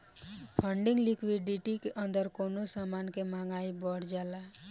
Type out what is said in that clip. funding liquidity के अंदर कवनो समान के महंगाई बढ़ जाला